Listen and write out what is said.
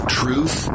truth